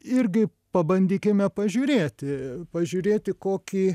irgi pabandykime pažiūrėti pažiūrėti kokį